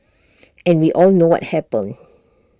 and we all know what happened